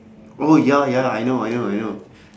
oh ya ya I know I know I know